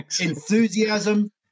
enthusiasm